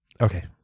Okay